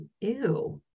ew